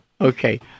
Okay